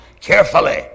carefully